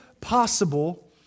possible